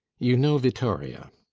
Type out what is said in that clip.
you know vittoria?